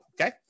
Okay